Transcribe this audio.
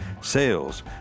sales